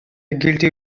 guilty